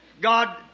God